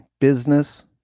Business